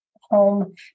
home